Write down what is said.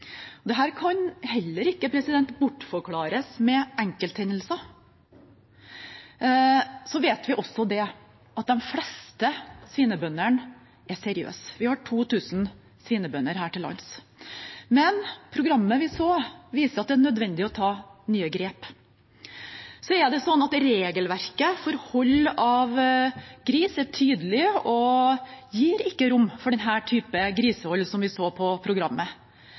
kan ikke bortforklares med enkelthendelser. Så vet vi også at de fleste svinebøndene er seriøse. Vi har 2 000 svinebønder her til lands. Men programmet vi så, viser at det er nødvendig å ta nye grep. Regelverket for hold av gris er tydelig og gir ikke rom for den typen grisehold som vi så i programmet.